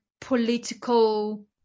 political